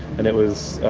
and it was